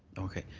okay.